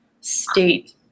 state